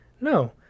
no